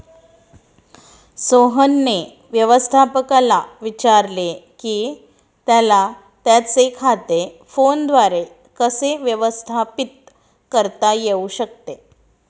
सोहनने व्यवस्थापकाला विचारले की त्याला त्याचे खाते फोनद्वारे कसे व्यवस्थापित करता येऊ शकते